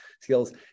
skills